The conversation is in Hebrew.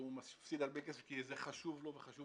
והוא מפסיד הרבה כסף כי זה חשוב לו וחשוב